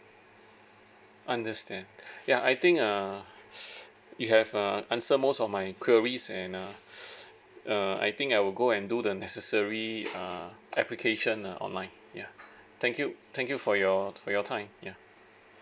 understand ya I think uh you have uh answered most of my queries and uh err I think I'll go and do the necessary uh application ah online ya thank you thank you for your for your time yeah